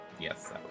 Yes